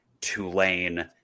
Tulane